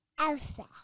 Elsa